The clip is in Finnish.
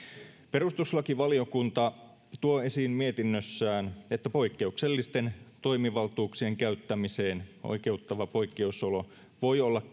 perustuslakivaliokunta tuo esiin mietinnössään että poikkeuksellisten toimivaltuuksien käyttämiseen oikeuttava poikkeusolo voi olla